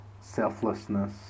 selflessness